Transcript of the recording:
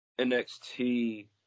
NXT